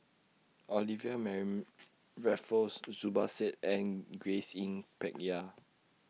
Olivia Mariamne Raffles Zubir Said and Grace Yin Peck Ha